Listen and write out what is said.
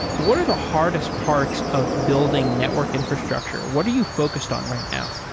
what are the hardest parts of building network infrastructure? what are you focused on right now?